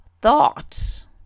thoughts